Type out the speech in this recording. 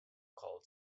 called